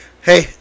Hey